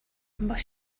must